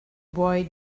boy